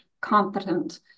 competent